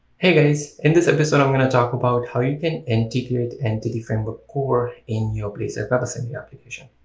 hey guys in this episode i'm going to talk about how you can integrate entity framework core in your blazor webassembly application.